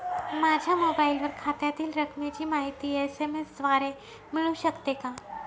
माझ्या मोबाईलवर खात्यातील रकमेची माहिती एस.एम.एस द्वारे मिळू शकते का?